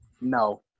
No